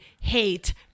hate